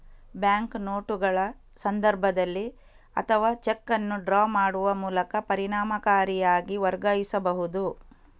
bank ನೋಟುಗಳ ಸಂದರ್ಭದಲ್ಲಿ ಅಥವಾ ಚೆಕ್ ಅನ್ನು ಡ್ರಾ ಮಾಡುವ ಮೂಲಕ ಪರಿಣಾಮಕಾರಿಯಾಗಿ ವರ್ಗಾಯಿಸಬಹುದು